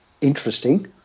interesting